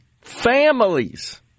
families